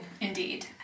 indeed